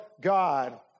God